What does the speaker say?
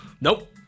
Nope